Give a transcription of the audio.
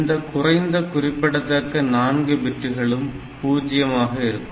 இந்த குறைந்த குறிப்பிடத்தக்க 4 பிட்டுகளும் பூஜ்யமாக இருக்கும்